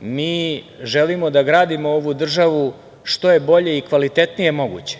mi želimo da gradimo ovu državu što je bolje i kvalitetnije moguće,